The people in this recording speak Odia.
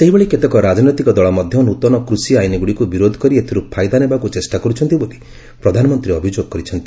ସେହିଭଳି କେତେକ ରାଜନୈତିକ ଦଳ ମଧ୍ୟ ନୃତନ କୃଷି ଆଇନ୍ଗୁଡ଼ିକୁ ବିରୋଧ କରି ଏଥିରୁ ଫାଇଦା ନେବାକୁ ଚେଷ୍ଟା କରୁଛନ୍ତି ବୋଲି ପ୍ରଧାନମନ୍ତ୍ରୀ ଅଭିଯୋଗ କରିଛନ୍ତି